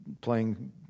playing